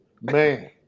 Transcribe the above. Man